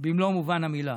במלוא מובן המילה.